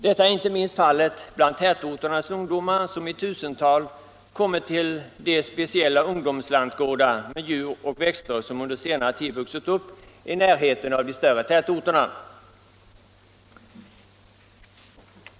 Detta är inte minst fallet bland tätorternas ungdomar, som i tusental kommit till de speciella ungdomslantgårdar med djur och växter, som under senare tid vuxit upp i närheten av de större tätorterna.